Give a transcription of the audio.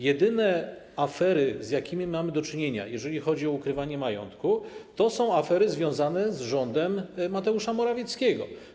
Jedyne afery, z jakimi mamy do czynienia, jeżeli chodzi o ukrywanie majątku, to są afery związane z rządem Mateusza Morawieckiego.